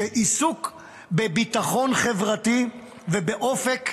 שעיסוק בביטחון חברתי ובאופק,